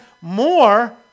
more